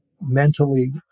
mentally